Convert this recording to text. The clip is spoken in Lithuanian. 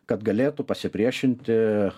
kad galėtų pasipriešinti